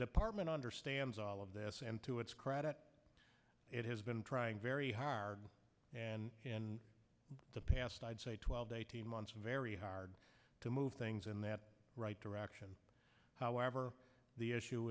department understands all of this and to its credit it has been trying very hard and in the past i'd say twelve a team months very hard to move things in that right direction however the issue